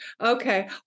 Okay